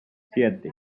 siete